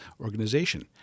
organization